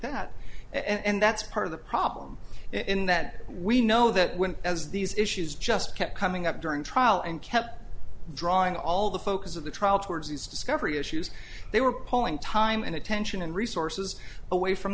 that and that's part of the problem in that we know that when as these issues just kept coming up during trial and kept drawing all the focus of the trial towards these discovery issues they were pulling time and attention and resources away from